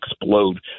explode